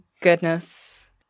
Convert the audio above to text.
goodness